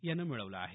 यानं मिळवला आहे